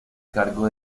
cargo